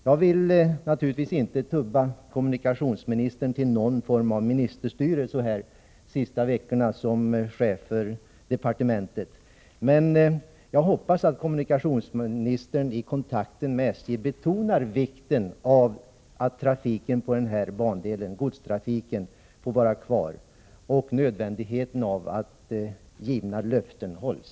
Jag vill naturligtvis inte tubba kommunikationsministern till någon form av ministerstyre, så här de sista veckorna han är chef för departementet, men jag hoppas att kommunikationsministern i kontakterna med SJ betonar vikten av att godstrafiken på den här bandelen får vara kvar och nödvändigheten av att givna löften hålls.